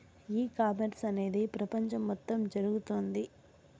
e commerce అనేది ప్రపంచం మొత్తం జరుగుతోంది